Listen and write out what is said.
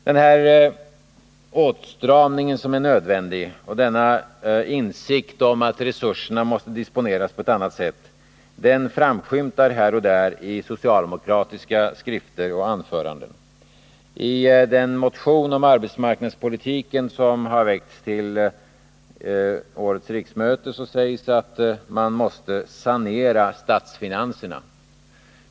Den här åtstramningen som är nödvändig och denna insikt om att resurserna måste disponeras på ett annat sätt framskymtar här och där i socialdemokratiska skrifter och anföranden. I den motion om arbetsmarknadspolitiken som har väckts till årets riksmöte sägs att man måste sanera statsfinanserna.